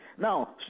Now